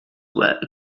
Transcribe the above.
were